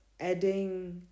adding